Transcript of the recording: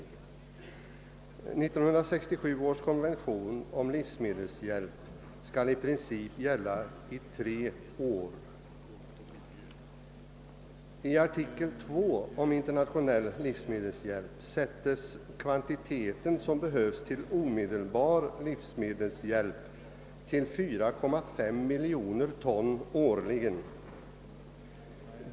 1967 års konvention om livsmedelshjälp skall i princip gälla i tre år. I artikel 2 om internationell livsmedelshjälp anges den kvantitet som behövs till omedelbar livsmedelshjälp till 4,5 mil joner ton årligen.